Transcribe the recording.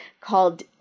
called